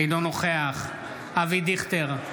אינו נוכח אבי דיכטר,